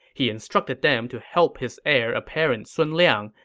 he instructed them to help his heir apparent sun liang,